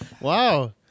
Wow